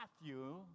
Matthew